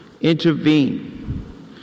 intervene